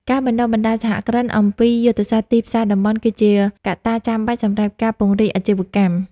ការបណ្ដុះបណ្ដាលសហគ្រិនអំពីយុទ្ធសាស្ត្រទីផ្សារតំបន់ គឺជាកត្តាចាំបាច់សម្រាប់ការពង្រីកអាជីវកម្ម។